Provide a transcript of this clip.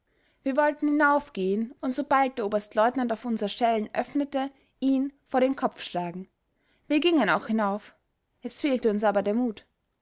wir wollten hinaufgehen und sobald der oberstleutnant auf unser schellen öffnete ihn vor den kopf schlagen wir gingen auch hinauf es fehlte uns aber der mut